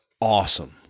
awesome